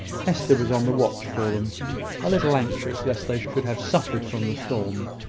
hester was on the watch for them a little anxious lest they should have suffered from the storm,